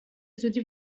زودی